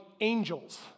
angels